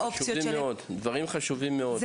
דברים חשובים מאוד.